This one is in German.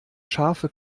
scharfe